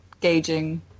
gauging